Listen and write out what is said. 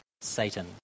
Satan